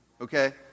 okay